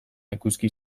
eguzki